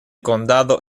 condado